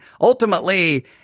ultimately